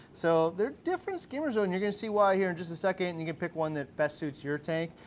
so they're different skimmers, though, and you're gonna see why here in and just a second, and you can pick one that best suits your tank,